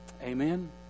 Amen